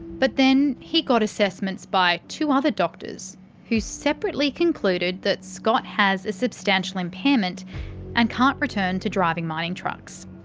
but then he got assessments by two other doctors who separately concluded that scott has a substantial impairment and can't return to driving mining trucks.